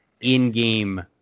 in-game